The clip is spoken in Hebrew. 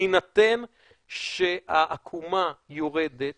בהינתן שהעקומה יורדת